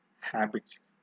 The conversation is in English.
habits